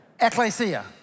Ecclesia